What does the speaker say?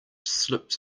slipped